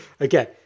Okay